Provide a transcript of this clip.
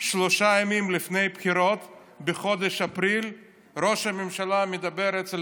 שלושה ימים לפני הבחירות בחודש אפריל ראש הממשלה מדבר אצל